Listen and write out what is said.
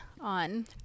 on